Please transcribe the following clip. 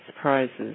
prizes